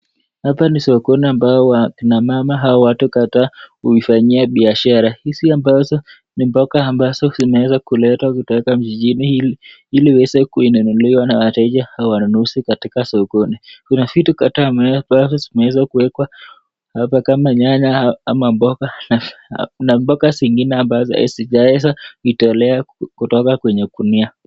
Hapa ni sokoni ambaye akina mama hao kuifanyia biashara. Hizi ambazo ni mboga ambazo zimeweza kuletwa kutoka vijijini ili waweze kununuliwa na wateja au wanunuzi kutoka sokoni. Kuna vitu kadhaa ambazo zimeweza kuekwa hapa kama vile nyanya ama boga na mboga zingine ambazo hazijatolewa kwenye gunia.